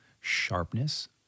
sharpness